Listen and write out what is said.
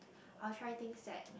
I will try things that